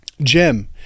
Jim